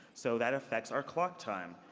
so that affects our clock time.